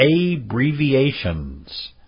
abbreviations